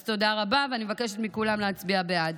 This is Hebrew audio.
אז תודה רבה, ואני מבקשת מכולם להצביע בעד.